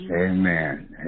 Amen